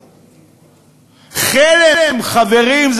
חלם, חברים.